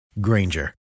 Granger